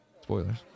Spoilers